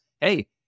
hey